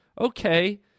Okay